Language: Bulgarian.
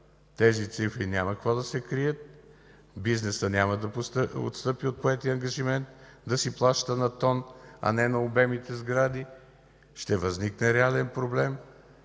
тези цифри няма какво да се крият, бизнесът няма да отстъпи от поетия ангажимент да си плаща на тон, а не на обемите сгради, и ще възникне реален проблем.